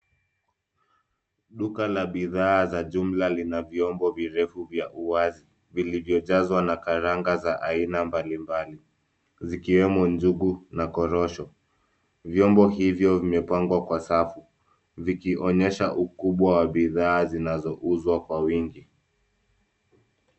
Duka la bidhaa za jumla lina vyombo virefu vya uwazi vilivyojazwa na karanga za aina mbali mbali zikiwemo njugu na korosho. Vyombo hivyo vimepangwa kwas safu vikinyesha ukubwa wa bidhaa zinazouzwa kwa wingi.